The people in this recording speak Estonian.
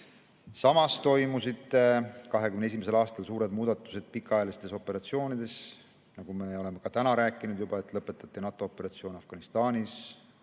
Samas toimusid 2021. aastal suured muudatused pikaajalistes operatsioonides, nagu me oleme täna ka rääkinud: lõpetati NATO operatsioon Afganistanis,